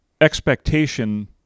expectation